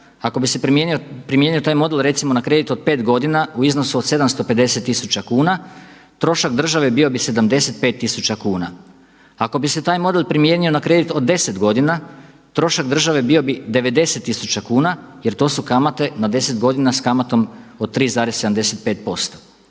ako bi se primijenio taj model recimo na kredit od pet godina u iznosu od 750 tisuća kuna, trošak države bio bi 75 tisuća kuna. Ako bi se taj model primijenio na kredit od deset godina, trošak države bio bi 90 tisuća kuna jer to su kamate na deset godina s kamatom od 3,75%.